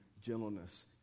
Gentleness